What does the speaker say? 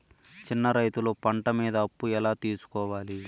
చిన్న రైతులు పంట మీద అప్పు ఎలా తీసుకోవాలి?